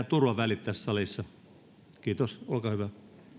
turvavälit tässä salissa kiitos olkaa hyvä